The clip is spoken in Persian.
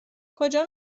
کجا